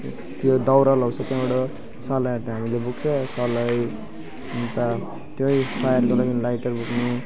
त्यो दाउरा लाउँछ त्यहाँबाट सलाईहरू त हामीले बोकिहाल्छ सलाई अन्त त्यही फायरको लागि लाइटर बोक्नु